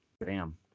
bam